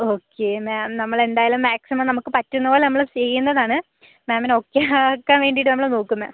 okay ma'am നമ്മളെന്തായാലും maximum നമുക്ക് പറ്റുന്ന പോലെ നമ്മള് ചെയ്യുന്നതാണ് മാമിന് ഓക്കെ ആക്കാൻ വേണ്ടിയിട്ടാണ് നമ്മള് നോക്കുന്നത്